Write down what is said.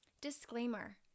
Disclaimer